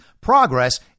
Progress